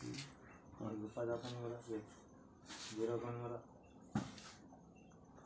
ಒಂದು metric ton tomato ಬೆಳಸಾಕ್ ಆಳಿಗೆ ಎಷ್ಟು ಖರ್ಚ್ ಆಕ್ಕೇತ್ರಿ?